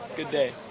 good day.